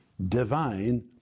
Divine